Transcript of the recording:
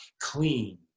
clean